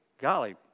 Golly